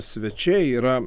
svečiai yra